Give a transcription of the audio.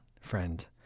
friend